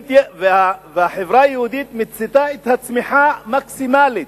והחברה היהודית מיצתה את הצמיחה המקסימלית.